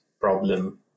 problem